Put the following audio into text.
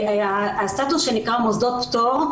הסטטוס שנקרא מוסדות פטור,